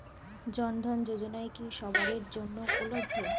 জন ধন যোজনা কি সবায়ের জন্য উপলব্ধ?